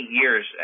years